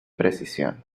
precisión